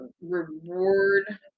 reward